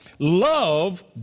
Love